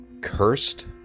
Cursed